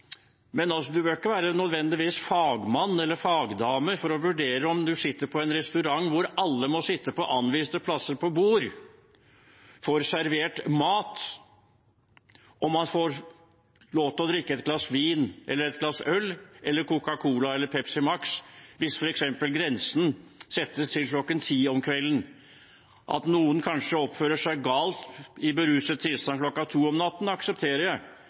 men man behøver ikke nødvendigvis være fagmann eller fagdame for å vurdere om man kan sitte på en restaurant hvor alle må sitte på anviste plasser ved bord, får servert mat og får lov til å drikke et glass vin eller øl, eller Coca Cola eller Pepsi Max, hvis grensen f.eks. settes til kl. 22 om kvelden. At noen kanskje oppfører seg galt i beruset tilstand kl. 02 om natten, aksepterer jeg,